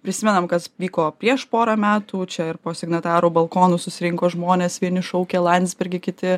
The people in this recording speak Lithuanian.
prisimenam kas vyko prieš porą metų čia ir po signatarų balkonų susirinko žmonės vieni šaukė landsbergį kiti